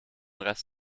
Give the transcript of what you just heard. rest